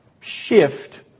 shift